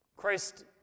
Christ